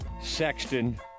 sexton